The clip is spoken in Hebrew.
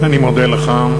אני מודה לך.